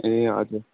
ए हजुर